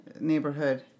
neighborhood